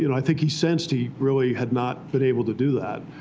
you know i think he sensed he really had not been able to do that.